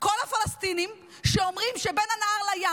כל הפלסטינים שאומרים שבין הנהר לים